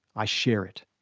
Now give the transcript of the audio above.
i share it.